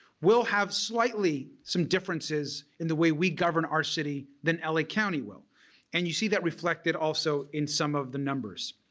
will have slightly some differences in the way we govern our city than la county will and you see that reflected also in some of the numbers.